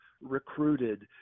recruited